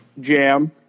jam